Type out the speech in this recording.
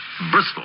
Bristol